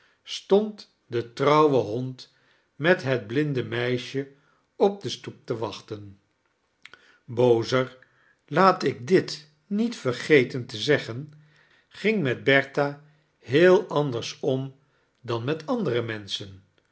stond de trouwe hond met het blinde meisje op de stoep te wachten bozer laat ik dit niet vergeten te zeggen ging met bertha heel andens om dan met andere menschein